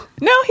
No